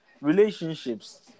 relationships